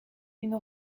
une